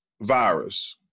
virus